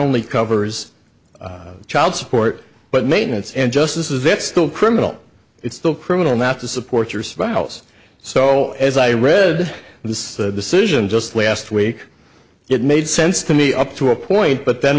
only covers child support but maintenance and justice is it still criminal it's still criminal not to support your spouse so as i read this decision just last week it made sense to me up to a point but then